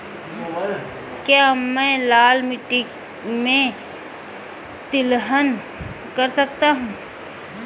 क्या मैं लाल मिट्टी में तिलहन कर सकता हूँ?